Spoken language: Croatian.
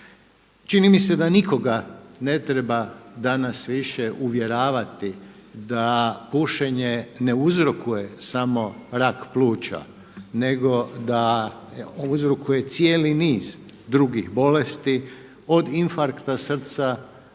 Čini mi se da nikoga ne treba danas više uvjeravati da pušenje ne uzrokuje samo rak pluća, nego da uzrokuje cijeli niz drugih bolesti od infarkta srca,